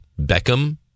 Beckham